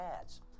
ads